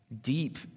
Deep